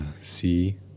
see